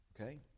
okay